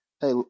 Hey